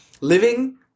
living